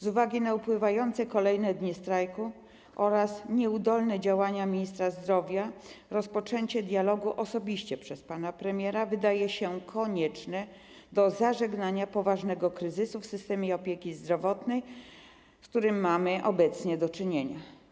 Z uwagi na upływające kolejne dni strajku oraz nieudolne działania ministra zdrowia rozpoczęcie dialogu osobiście przez pana premiera wydaje się konieczne do zażegnania poważnego kryzysu w systemie opieki zdrowotnej, z którym mamy obecnie do czynienia.